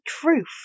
truth